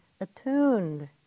attuned